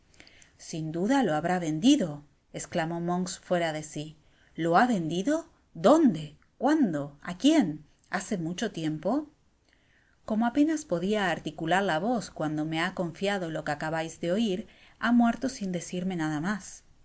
sin duda lo habrá vendido esclamó monks fuera de si lo ha vendido dónde cuándo a quién hace mueho tiempo como apenas podia articular la voz cuando me ha confiado lo qae acabais de oir ha muerto sin decirme nada mas